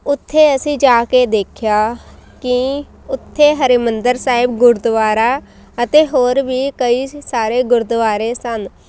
ਉੱਥੇ ਅਸੀਂ ਜਾ ਕੇ ਦੇਖਿਆ ਕਿ ਉੱਥੇ ਹਰਿਮੰਦਰ ਸਾਹਿਬ ਗੁਰਦੁਆਰਾ ਅਤੇ ਹੋਰ ਵੀ ਕਈ ਸਾਰੇ ਗੁਰਦੁਆਰੇ ਸਨ